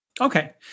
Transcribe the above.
Okay